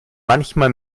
manchmal